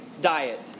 diet